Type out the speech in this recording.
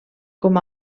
com